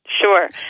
Sure